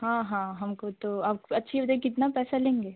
हाँ हाँ हमको तो अब अच्छे यह बताइए कितना पैसा लेंगे